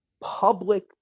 public